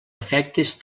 efectes